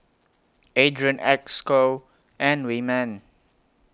Adrian Esco and Wyman